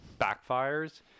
backfires